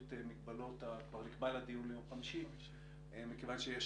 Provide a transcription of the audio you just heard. את המגבלות כבר נקבע לה דיון ליום חמישי מכיוון שיש